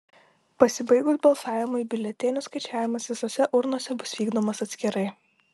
pasibaigus balsavimui biuletenių skaičiavimas visose urnose bus vykdomas atskirai